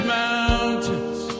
mountains